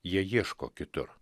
jie ieško kitur